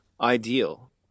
ideal